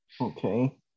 Okay